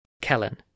Kellen